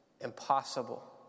impossible